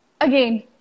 again